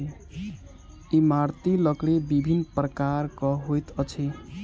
इमारती लकड़ी विभिन्न प्रकारक होइत अछि